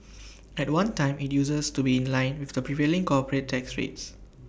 at one time IT uses to be in line with the prevailing corporate tax rates